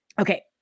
Okay